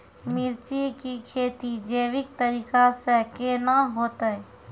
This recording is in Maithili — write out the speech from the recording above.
मिर्ची की खेती जैविक तरीका से के ना होते?